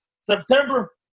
September